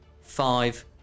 five